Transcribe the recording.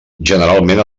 generalment